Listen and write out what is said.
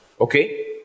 Okay